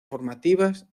formativas